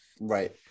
Right